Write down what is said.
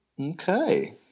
okay